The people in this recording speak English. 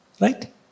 Right